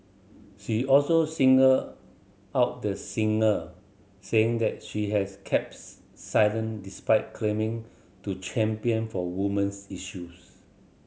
she also singled out the singer saying that she has keeps silent despite claiming to champion for women's issues